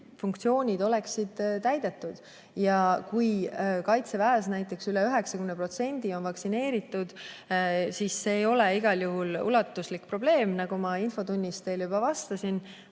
funktsioonid oleksid täidetud. Ja kui Kaitseväes on näiteks üle 90% vaktsineeritud, siis see ei ole igal juhul ulatuslik probleem. Nagu ma infotunnis juba vastasin